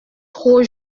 trop